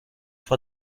for